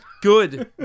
good